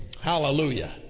Hallelujah